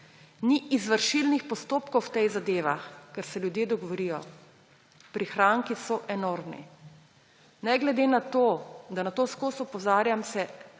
Ni izvršilnih postopkov v teh zadevah, ker se ljudje dogovorijo. Prihranki so enormni. Ne glede na to, da na to vseskozi opozarjam, se